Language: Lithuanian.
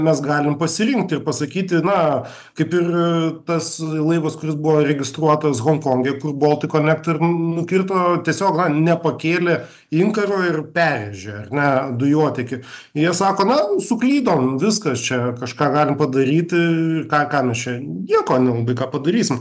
mes galim pasirinkti ir pasakyti na kaip ir tas laivas kuris buvo registruotas honkonge kur boltik conektor ir nukirto tiesiog lai nepakėlė inkaro ir perrėžė ar ne dujotiekį jie sako na suklydom viskas čia kažką galime padaryti ką ką mes čia nieko nu ką padarysi